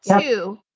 two